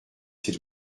s’il